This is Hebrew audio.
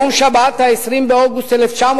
ביום שבת, 20 באוגוסט 1955,